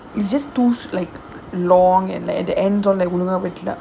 it's just too like long and like at the end விடல:vidala